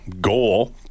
goal